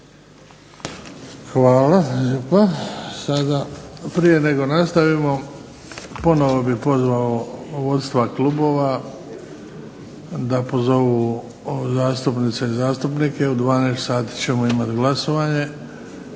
lijepa. Prije nego nastavimo ponovo bih pozvao vodstva klubova da pozovu zastupnice i zastupnike, u 12 sati ćemo imati glasovanje